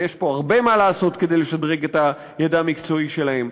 ויש פה הרבה מה לעשות כדי לשדרג את הידע המקצועי שלהם.